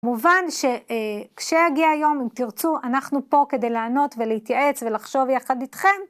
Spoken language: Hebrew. מובן שכשהגיע היום, אם תרצו, אנחנו פה כדי לענות ולהתייעץ ולחשוב יחד איתכם.